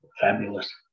fabulous